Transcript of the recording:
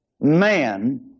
man